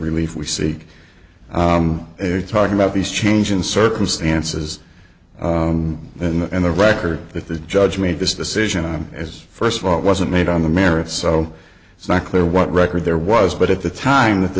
relief we seek here talking about these changing circumstances and the record that the judge made this decision on as first of all it wasn't made on the merits so it's not clear what record there was but at the time that the